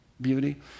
beauty